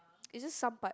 is just some part